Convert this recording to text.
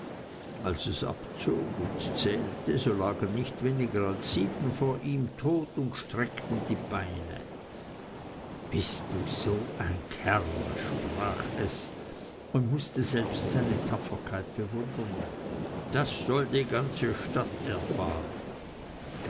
als es abzog und zählte so lagen nicht weniger als sieben vor ihm tot und streckten die beine bist du so ein kerl sprach er und mußte selbst seine tapferkeit bewundern das soll die ganze stadt erfahren